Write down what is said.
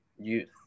youth